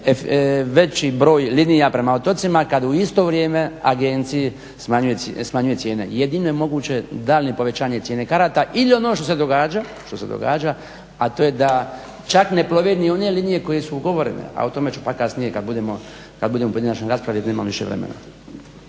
veći broj linija prema otocima kad u isto vrijeme agenciji smanjuje cijene. Jedino je moguće daljnje povećanje cijene karata ili ono što se događa, a to je da čak ne plove ni one linije koje su ugovorene, ali o tome ću pak kasnije kada budemo u pojedinačnoj raspravi jer nemam više vremena.